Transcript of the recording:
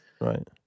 right